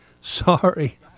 Sorry